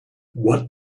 what